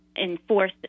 enforce